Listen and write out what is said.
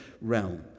realm